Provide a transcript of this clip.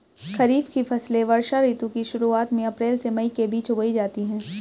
खरीफ की फसलें वर्षा ऋतु की शुरुआत में अप्रैल से मई के बीच बोई जाती हैं